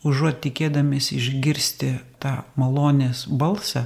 užuot tikėdamiesi išgirsti tą malonės balsą